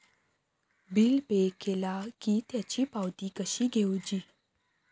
Bill केला की त्याची पावती कशी घेऊची?